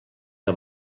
que